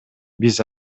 биз